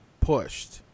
pushed